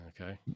Okay